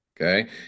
Okay